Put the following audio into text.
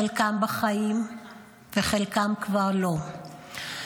חלקם בחיים וחלקם כבר לא.